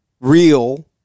real